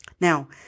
Now